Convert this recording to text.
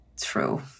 true